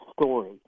story